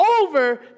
Over